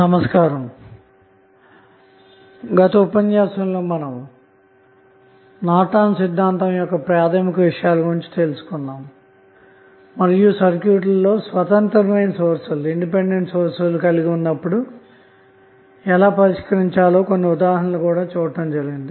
నమస్కారం గత ఉపన్యాసంలో మనం నార్టన్ సిద్ధాంతం యొక్క ప్రాథమిక విషయాల గురించి చర్చించుకొన్నాము మరియు సర్క్యూట్లలో స్వతంత్రమైన సోర్స్ లు కలిగి ఉన్నప్పుడు ఎలా పరిష్కరించాలో కొన్ని ఉదాహరణలు చూసాము